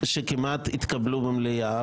שכמעט התקבלו במליאה,